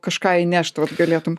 kažką įnešt vat galėtum